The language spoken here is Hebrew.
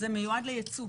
זה מיועד לייצוא.